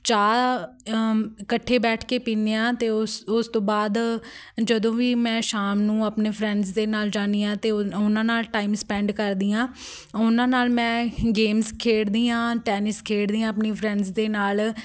ਚਾਹ ਇਕੱਠੇ ਬੈਠ ਕੇ ਪੀਂਦੇ ਹਾਂ ਅਤੇ ਉਸ ਉਸ ਤੋਂ ਬਾਅਦ ਜਦੋਂ ਵੀ ਮੈਂ ਸ਼ਾਮ ਨੂੰ ਆਪਣੇ ਫਰੈਂਡਸ ਦੇ ਨਾਲ ਜਾਂਦੀ ਹਾਂ ਅਤੇ ਉਨ ਉਹਨਾਂ ਨਾਲ ਟਾਈਮ ਸਪੈਂਡ ਕਰਦੀ ਹਾਂ ਉਹਨਾਂ ਨਾਲ ਮੈਂ ਗੇਮਜ਼ ਖੇਡਦੀ ਹਾਂ ਟੈਨਿਸ ਖੇਡਦੀ ਹਾਂ ਆਪਣੀ ਫਰੈਂਡਸ ਦੇ ਨਾਲ